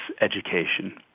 education